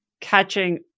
catching